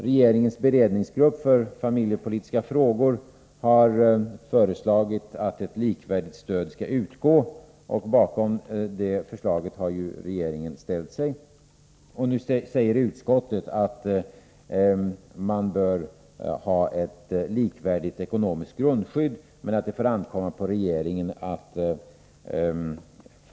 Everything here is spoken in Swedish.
Regeringens beredningsgrupp för familjepolitiska frågor har föreslagit att ett likvärdigt stöd skall utgå, och regeringen har ställt sig bakom det förslaget.